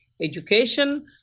education